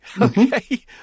Okay